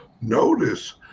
notice